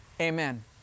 Amen